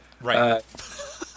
Right